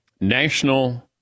National